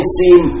seem